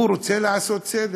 הוא רוצה לעשות סדר.